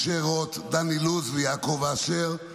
משה רוט, דן אילוז ויעקב אשר.